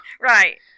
Right